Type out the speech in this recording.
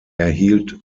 erhielt